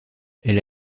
elle